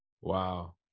Wow